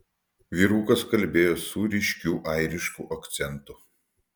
vyrukas kalbėjo su ryškiu airišku akcentu